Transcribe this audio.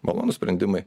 malonūs sprendimai